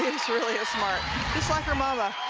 and truly ah smart, just like her mamma